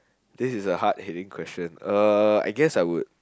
this is a hard heading question uh I guess I would